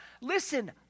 listen